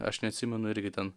aš neatsimenu irgi ten